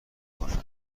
کند